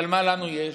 אבל מה לנו יש?